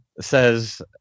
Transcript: says